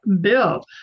bill